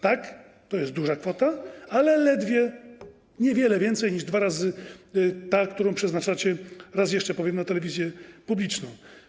Tak, to jest duża kwota, ale to zaledwie niewiele więcej niż dwa razy ta kwota, którą przeznaczacie, raz jeszcze powiem, na telewizję publiczną.